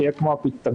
שיהיה כמו התגמולים,